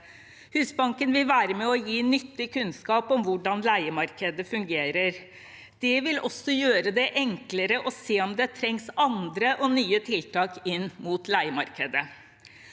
Husbanken vil være med og gi nyttig kunnskap om hvordan leiemarkedet fungerer. Det vil også gjøre det enklere å se om det trengs andre og nye tiltak inn mot leiemarkedet.